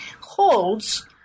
holds